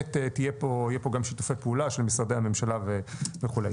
באמת יהיו גם שיתופי פעולה של משרדי הממשלה וכולי.